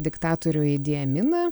diktatorių idėjaminą